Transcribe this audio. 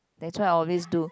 that's what I always do